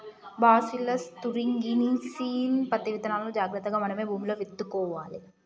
bacillus thuringiensis పత్తి విత్తనాలును జాగ్రత్తగా మనమే భూమిలో విత్తుకోవాలి